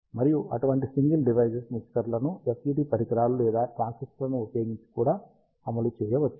మరియు అటువంటి single device మిక్సర్లను FET పరికరాలు లేదా ట్రాన్సిస్టర్లను ఉపయోగించి కూడా అమలు చేయవచ్చు